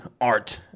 art